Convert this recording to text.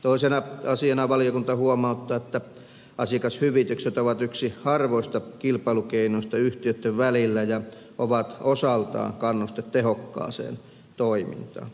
toisena asiana valiokunta huomauttaa että asiakashyvitykset ovat yksi harvoista kilpailukeinoista yhtiöitten välillä ja ovat osaltaan kannuste tehokkaaseen toimintaan